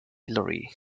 hillary